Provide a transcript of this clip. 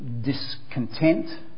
discontent